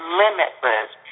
limitless